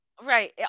Right